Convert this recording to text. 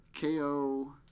KO